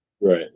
Right